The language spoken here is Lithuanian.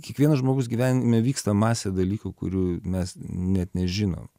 kiekvieno žmogaus gyvenime vyksta masė dalykų kurių mes net nežinom